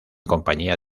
compañía